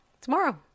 tomorrow